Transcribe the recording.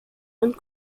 und